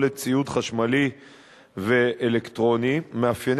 סביבתי בציוד חשמלי ואלקטרוני ובסוללות,